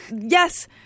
yes